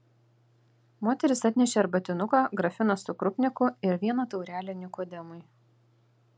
moteris atnešė arbatinuką grafiną su krupniku ir vieną taurelę nikodemui